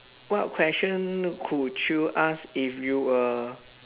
what question could you ask if you uh